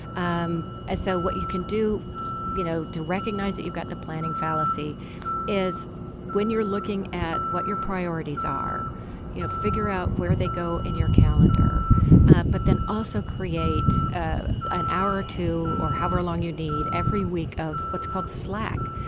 um ah so what you can do you know to recognize that you've got the planning fallacy is when you're looking at what your priorities are you know figure out where they go in your calendar but then also create ah an hour or two or however long you need every week of what's called slack.